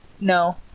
No